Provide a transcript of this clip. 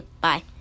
bye